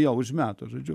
jo užmetus žodžiu